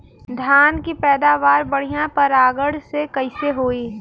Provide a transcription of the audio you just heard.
धान की पैदावार बढ़िया परागण से कईसे होई?